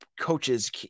coaches